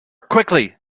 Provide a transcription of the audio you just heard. quickly